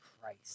Christ